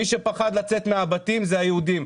מי שפחד לצאת מהבתים זה היהודים,